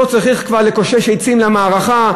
לא צריך כבר לקושש עצים למערכה,